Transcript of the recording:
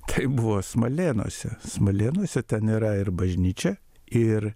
tai buvo smalėnuose smalėnuose ten yra ir bažnyčia ir